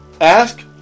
ask